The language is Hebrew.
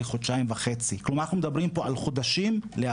זה חודשיים וחצי.